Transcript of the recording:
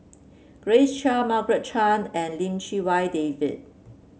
Grace Chia Margaret Chan and Lim Chee Wai David